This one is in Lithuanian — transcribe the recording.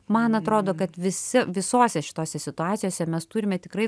man atrodo kad visi visose šitose situacijose mes turime tikrai